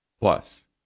Plus